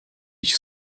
dich